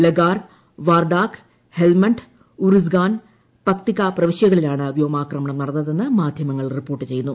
Lagarde Wardak Helmand Uruzgan Paktika പ്രവിശ്യകളിലാണ് വ്യോമാക്രമണം നടന്നതെന്ന് മാധ്യമങ്ങൾ റിപ്പോർട്ട് ചെയ്യുന്നു